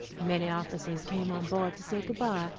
many officers came on board to say good-by,